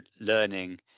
learning